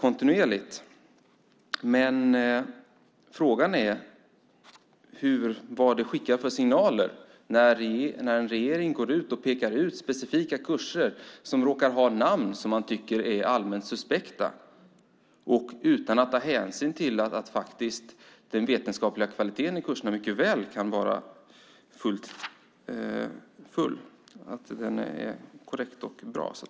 Men frågan är vilka signaler som skickas när en regering går ut och pekar ut specifika kurser som råkar ha namn som man tycker är allmänt suspekta - då utan att hänsyn tas till att den vetenskapliga kvaliteten på kurserna mycket väl kan vara korrekt och bra.